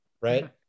right